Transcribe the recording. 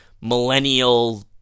millennial